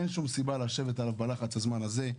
אין שום סיבה לדון עליו בלחץ הזמן הזה.